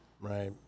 Right